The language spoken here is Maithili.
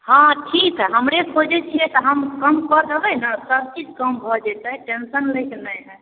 हँ ठीक हइ हमरे खोजै छिए तऽ हम कम कऽ देबै ने सबचीज कम भऽ जेतै टेन्शन लैके नहि हइ